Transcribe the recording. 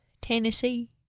Tennessee